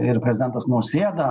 ir prezidentas nausėda